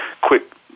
quick